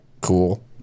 cool